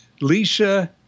Lisa